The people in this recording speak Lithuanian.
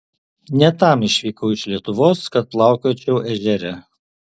ne tam išvykau iš lietuvos kad plaukiočiau ežere